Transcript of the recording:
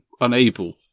unable